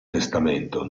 testamento